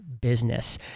business